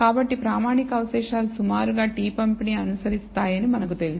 కాబట్టి ప్రామాణిక అవశేషాలు సుమారుగా t పంపిణీ అనుసరిస్తాయని మనకు తెలుసు